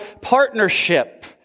partnership